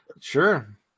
sure